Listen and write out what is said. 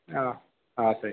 ಹಾಂ ಹಾಂ ಸರಿ